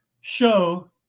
show